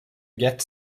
get